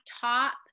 top